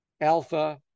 Alpha